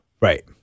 Right